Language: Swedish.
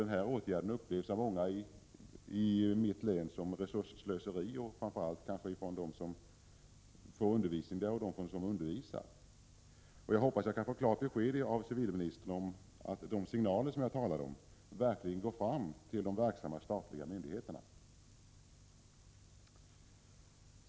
Den här åtgärden upplevs som resursslöseri av många i mitt län, framför allt av dem som undervisar och undervisas i AMU-centret. Jag hoppas jag kan få klart besked av civilministern om att de signaler jag talade om verkligen går fram till de statliga myndigheterna.